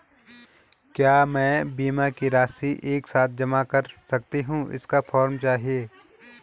क्या मैं बीमा की राशि एक साथ जमा कर सकती हूँ इसका फॉर्म चाहिए?